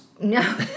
No